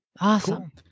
Awesome